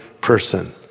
person